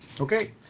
Okay